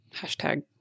Hashtag